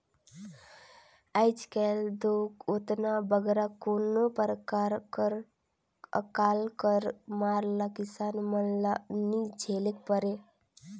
आएज काएल दो ओतना बगरा कोनो परकार कर अकाल कर मार ल किसान मन ल नी झेलेक परे